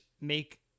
make